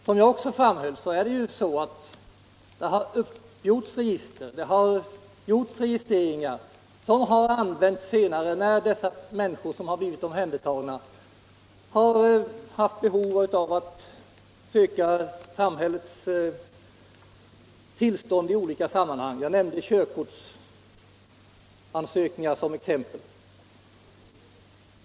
Som jag också betonade har det upprättats register och gjorts registreringar som har använts senare när dessa människor, som blivit omhändertagna, har haft behov av att söka samhällets tillstånd i olika sammanhang. Jag nämnde körkortsansökningar som exempel.